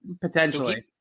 Potentially